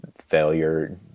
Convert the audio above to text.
failure